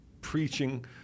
preaching